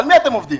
על מי אתם עובדים?